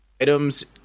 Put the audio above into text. items